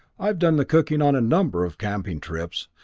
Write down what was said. i've done the cooking on a number of camping trips,